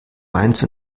mainz